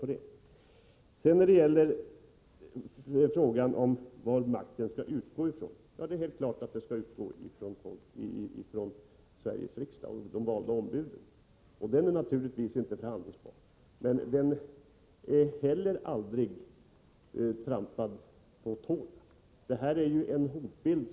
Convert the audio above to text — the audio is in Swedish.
När det sedan gäller frågan vad makten skall utgå ifrån vill jag framhålla att det är helt klart att den skall utgå från Sveriges riksdag och de valda ombuden. Den saken är naturligtvis inte förhandlingsbar. Men den makten har heller aldrig blivit trampad på tårna.